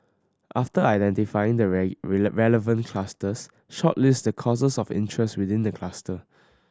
after identifying the relevant clusters shortlist the courses of interest within the cluster